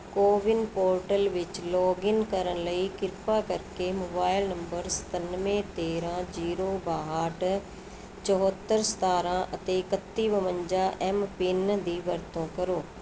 CoWIN portal ਵਿੱਚ login ਕਰਨ ਲਈ ਕਿਰਪਾ ਕਰਕੇ ਮੋਵਾਈਲ ਨੰਬਰ ਸਤਾਨਵੇਂ ਤੇਰਾਂ ਜੀਰੋ ਬਾਹਟ ਚੌਹੱਤਰ ਸਤਾਰਾਂ ਅਤੇ ਇਕੱਤੀ ਬਵੰਜਾ ਐੱਮ ਪਿੰਨ ਦੀ ਵਰਤੋਂ ਕਰੋ